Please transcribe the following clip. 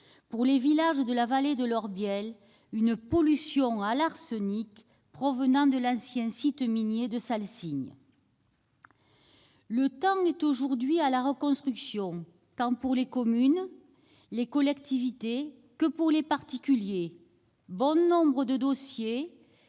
pour les villages de la vallée de l'Orbiel, une pollution à l'arsenic provenant de l'ancien site minier de Salsigne -, le temps est aujourd'hui à la reconstruction, tant pour les communes et les collectivités que pour les particuliers. Bon nombre de dossiers